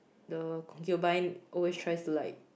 the concubine always tries to like